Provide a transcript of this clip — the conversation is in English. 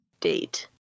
date